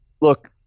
look